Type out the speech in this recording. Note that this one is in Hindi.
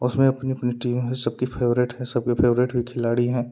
उसमें अपनी अपनी टीम है सबकी फेवरेट है सबकी फेवरेट भी खिलाड़ी हैं